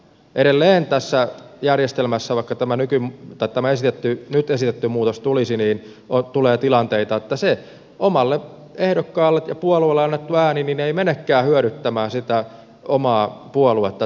edelleen tässä järjestelmässä vaikka tämä nyt esitetty muutos tulisi tulee tilanteita että se omalle ehdokkaalle ja puolueelle annettu ääni ei menekään hyödyttämään sitä omaa puoluetta